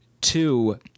Two